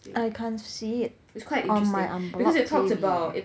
I can't see it on my unblocked T_V